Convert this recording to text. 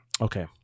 Okay